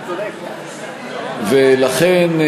ולכן,